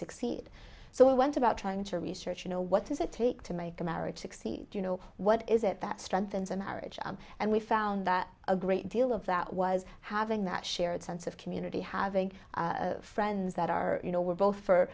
succeed so we went about trying to research you know what does it take to make a marriage succeed you know what is it that strengthens a marriage and we found that a great deal of that was having that shared sense of community having friends that are you know we're both for